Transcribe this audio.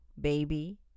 baby